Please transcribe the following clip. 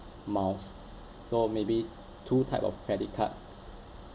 miles so maybe two type of credit card